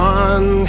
one